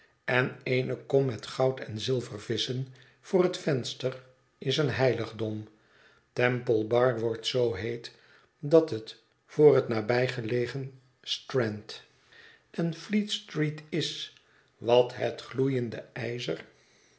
en eene kom met goud en zilvervisschen voor het venster is een heiligdom temp ie bar wordt zoo heet dat het voor het nabijgelegen strand en fleet-street is wat het gloeiende ijzer